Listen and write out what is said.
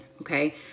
okay